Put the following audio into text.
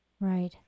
Right